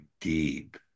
Deep